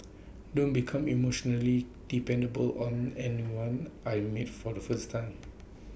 don't become emotionally dependable on anyone I meet for the first time